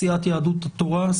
סיעת יהדות התורה,